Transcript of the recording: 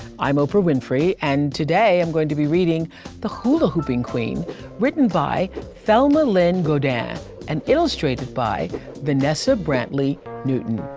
i'm oprah winfrey, and today i'm going to be reading the hula-hoopin' queen written by thelma lynne godin and illustrated by vanessa brantley-newton.